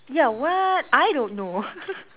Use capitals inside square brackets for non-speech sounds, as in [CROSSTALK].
ya what I don't know [LAUGHS]